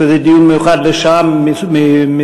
שזה דיון מיוחד לשעה מסוימת,